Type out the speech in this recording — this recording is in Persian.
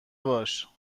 باش